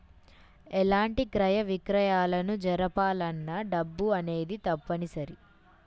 ఎలాంటి క్రయ విక్రయాలను జరపాలన్నా డబ్బు అనేది తప్పనిసరి